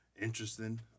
Interesting